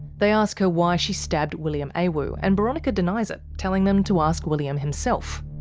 they ask her why she stabbed william awu, and boronika denies it, telling them to ask william himself.